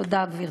תודה, גברתי.